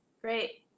great